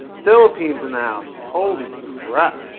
philippines in the house. holy crap.